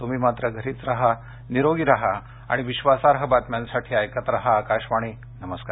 तुम्ही मात्र घरीच राहा निरोगी राहा आणि विश्वासार्ह बातम्यासाठी ऐकत राहा आकाशवाणी नमस्कार